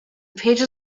pages